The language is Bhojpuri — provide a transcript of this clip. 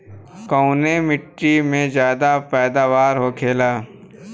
कवने मिट्टी में ज्यादा पैदावार होखेला?